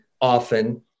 often